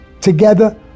together